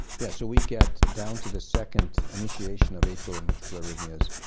yes. so we get down to the second initiation of atrial and ventricular arrhythmias,